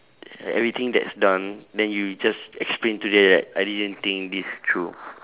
like everything that's done then you just explain to them that I didn't think this through